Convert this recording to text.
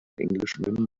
englishman